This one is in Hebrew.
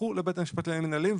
ילכו לבית המשפט לעניינים מנהליים,